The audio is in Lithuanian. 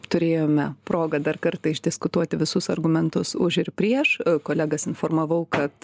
turėjome progą dar kartą išdiskutuoti visus argumentus už ir prieš kolegas informavau kad